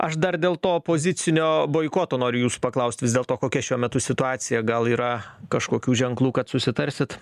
aš dar dėl to opozicinio boikoto noriu jūsų paklaust vis dėlto kokia šiuo metu situacija gal yra kažkokių ženklų kad susitarsit